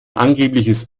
angebliches